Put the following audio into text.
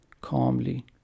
calmly